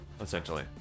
essentially